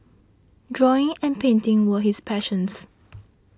drawing and painting were his passions